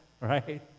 right